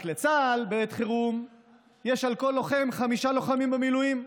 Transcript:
רק שבעת חירום לצה"ל יש על כל לוחם חמישה לוחמים במילואים,